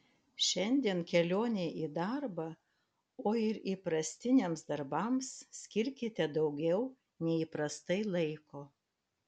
šiandien kelionei į darbą o ir įprastiniams darbams skirkite daugiau nei įprastai laiko